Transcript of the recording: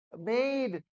made